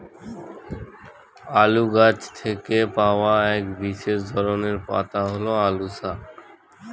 আলু গাছ থেকে পাওয়া এক বিশেষ ধরনের পাতা হল আলু শাক